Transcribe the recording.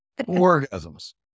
orgasms